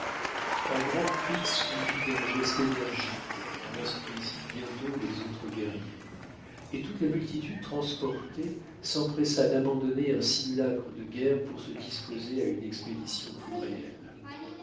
un grand cri suivi d'un geste énergique en instruisit bientôt les autres guerriers et toute la multitude transportée s'empressa d'abandonner un simulacre de guerre pour se disposer à une expédition plus réelle